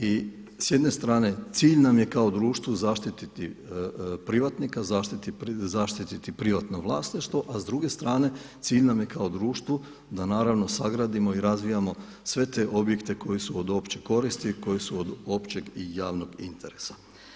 I s jedne strane cilj nam je kao društvu zaštititi privatnika, zaštiti privatno vlasništvo, a s druge strane cilj nam je kao društvu da naravno sagradimo i razvijamo sve te objekte koji su od opće koristi koje su od općeg i javnog interesa.